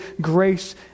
grace